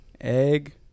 Egg